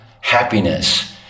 happiness